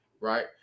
right